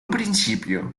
principio